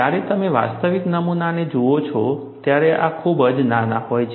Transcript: જ્યારે તમે વાસ્તવિક નમૂનાને જુઓ છો ત્યારે આ ખૂબ જ નાના હોય છે